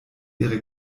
ihre